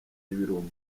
y’ibirunga